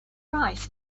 right